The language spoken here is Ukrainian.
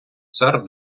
цар